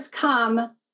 come